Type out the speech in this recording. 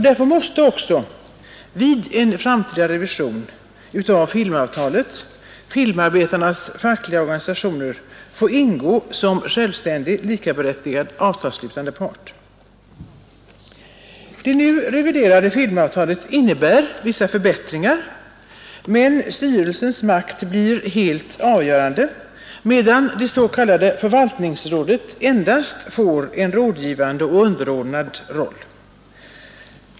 Därför måste också vid en framtida revision av filmavtalet filmarbetarnas fackliga organisationer få ingå som självständig likaberättigat avtalsslutande part. Det nu reviderade filmavtalet innebär vissa förbättringar, men styrelsens makt blir helt avgörande, medan det s.k. förvaltningsrådet endast får en rådgivande och underordnad roll.